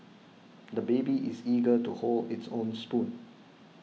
the baby is eager to hold its own spoon